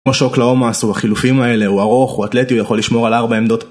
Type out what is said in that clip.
כמו שאוקלהומה עשו החילופים האלה, הוא ארוך, הוא אתלטי, הוא יכול לשמור על ארבע עמדות.